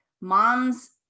Moms